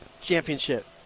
championship